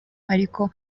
ariko